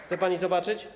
Chce pani zobaczyć?